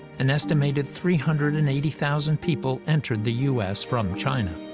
an estimated three hundred and eighty thousand people entered the u s. from china.